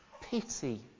pity